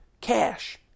cash